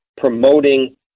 promoting